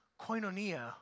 koinonia